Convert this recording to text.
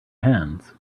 hands